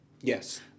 Yes